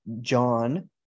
john